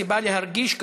סיבה להרגיש כך.